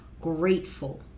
grateful